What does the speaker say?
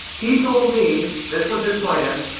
he told me, this was his plan,